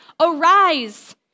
Arise